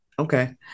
Okay